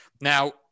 Now